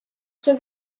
zur